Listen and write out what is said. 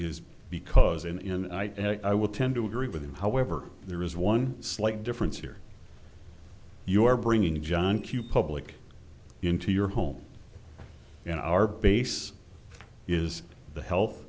is because in i would tend to agree with him however there is one slight difference here you are bringing john q public into your home and our base is the health